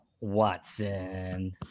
watson